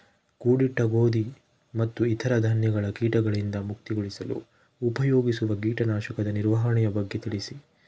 ಕೂಡಿಟ್ಟ ಗೋಧಿ ಮತ್ತು ಇತರ ಧಾನ್ಯಗಳ ಕೇಟಗಳಿಂದ ಮುಕ್ತಿಗೊಳಿಸಲು ಉಪಯೋಗಿಸುವ ಕೇಟನಾಶಕದ ನಿರ್ವಹಣೆಯ ಬಗ್ಗೆ ತಿಳಿಸಿ?